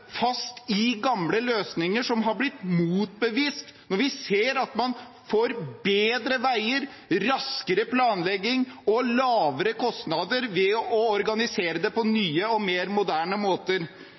fast i gamle løsninger som har blitt motbevist, når vi ser at man får bedre veier, raskere planlegging og lavere kostnader ved å organisere det på